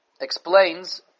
explains